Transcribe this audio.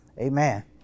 Amen